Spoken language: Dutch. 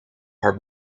haar